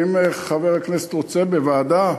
אם חבר הכנסת רוצה בוועדה,